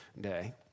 day